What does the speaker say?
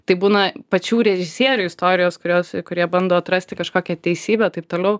tai būna pačių režisierių istorijos kurios kur jie bando atrasti kažkokią teisybę taip toliau